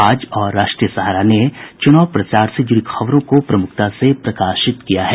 आज और राष्ट्रीय सहारा ने चुनाव प्रचार से जुड़ी खबरों को प्रमुखता से प्रकाशित किया है